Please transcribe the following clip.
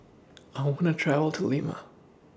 I wanna travel to Lima